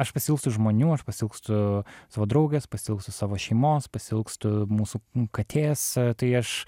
aš pasiilgstu žmonių aš pasiilgstu savo draugės pasiilgstu savo šeimos pasiilgstu mūsų katės tai aš